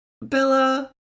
Bella